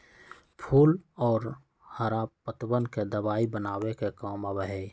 फूल और हरा पत्तवन के दवाई बनावे के काम आवा हई